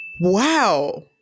Wow